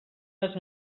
les